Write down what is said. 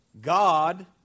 God